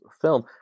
film